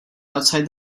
outside